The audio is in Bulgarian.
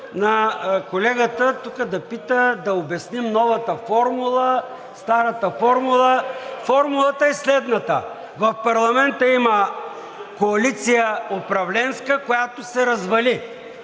на колегата тук да пита, да обясним новата формула, старата формула. Формулата е следната: в парламента има коалиция, управленска, която се развали.